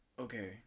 Okay